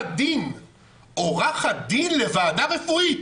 עורכת דין לוועדה רפואית,